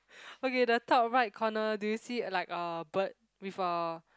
okay the top right corner do you see like a bird with a